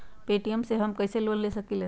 Paytm से हम कईसे लोन ले सकीले?